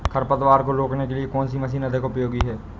खरपतवार को रोकने के लिए कौन सी मशीन अधिक उपयोगी है?